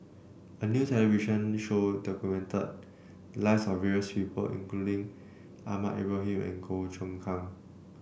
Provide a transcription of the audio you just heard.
a new television show documented lives of various people including Ahmad Ibrahim and Goh Choon Kang